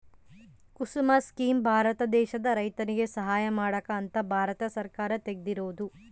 ಕುಸುಮ scheme Bharat ದೇಶದ ರೈತರಿಗೆ ಸಹಾಯ ಮಾಡಕ ಅಂತ ಭಾರತ ಸರ್ಕಾರ ತೆಗ್ದಿರೊದು